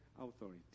authority